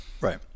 right